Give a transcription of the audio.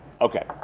okay